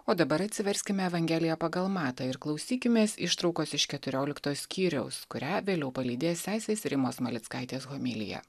o dabar atsiverskime evangeliją pagal matą ir klausykimės ištraukos iš keturiolikto skyriaus kurią vėliau palydės sesės rimos malickaitės homilija